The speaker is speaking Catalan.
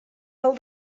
pel